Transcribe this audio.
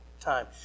time